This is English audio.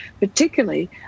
particularly